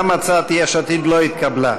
גם הצעת יש עתיד לא התקבלה.